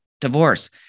divorce